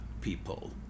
people